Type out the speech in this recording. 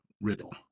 riddle